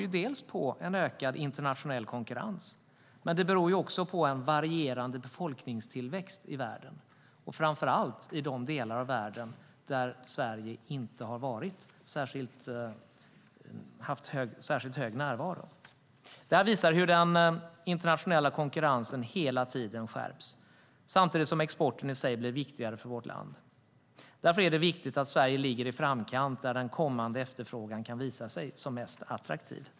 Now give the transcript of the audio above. Jo, det beror dels på ökad internationell konkurrens, dels på en varierande befolkningstillväxt i världen, framför allt i de delar av världen där Sverige inte har haft särskilt hög närvaro. Det här visar hur den internationella konkurrensen hela tiden skärps samtidigt som exporten i sig blir allt viktigare för vårt land. Därför är det viktigt att Sverige ligger i framkant där den kommande efterfrågan kan visa sig som mest attraktiv.